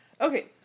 okay